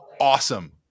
awesome